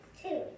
two